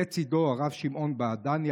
לצידו: הרב שמעון בעדני,